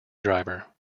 driver